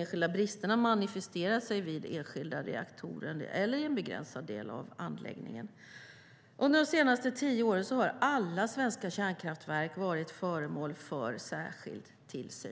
enskilda bristerna manifesterar sig vid enskilda reaktorer eller i en begränsad del av anläggningen. Under de senaste tio åren har alla svenska kärnkraftverk varit föremål för särskild tillsyn.